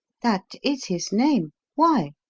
that is his name. why?